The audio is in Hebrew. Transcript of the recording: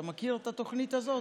אתה מכיר את התוכנית הזאת?